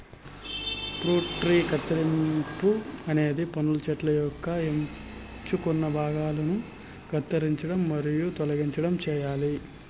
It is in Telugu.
ఫ్రూట్ ట్రీ కత్తిరింపు అనేది పండ్ల చెట్టు యొక్క ఎంచుకున్న భాగాలను కత్తిరించడం మరియు తొలగించడం చేయాలి